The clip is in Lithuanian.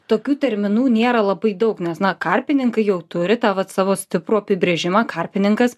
tokių terminų nėra labai daug nes na karpininkai jau turi tą vat savo stiprų apibrėžimą karpininkas